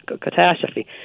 catastrophe